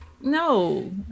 no